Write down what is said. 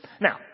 Now